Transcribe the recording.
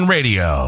Radio